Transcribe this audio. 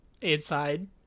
inside